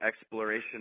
exploration